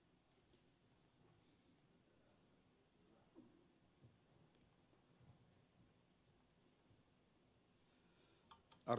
arvoisa puhemies